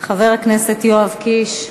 חבר הכנסת יואב קיש,